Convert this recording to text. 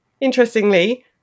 interestingly